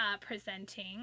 presenting